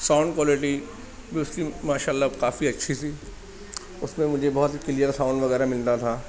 sound quality بھی اس کی ماشاء اللہ کافی اچھی تھی اس میں مجھے بہت کلیئر ساؤنڈ وغیرہ ملتا تھا